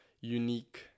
unique